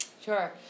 Sure